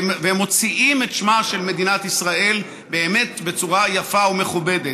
והם מוציאים את שמה של מדינת ישראל באמת בצורה יפה ומכובדת.